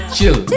Chill